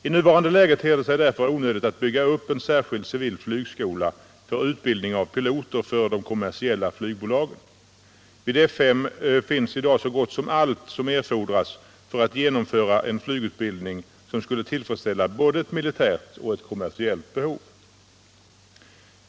I nuvarande läge ter det sig därför onödigt att bygga upp en särskild civil flygskola för utbildning av piloter för de kommersiella flygbolagen. Vid F 5 finns i dag så gott som allt som erfordras för att genomföra en flygutbildning som skulle tillfredsställa både ett militärt och ett kommersiellt behov.